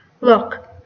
Look